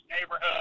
neighborhood